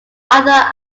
other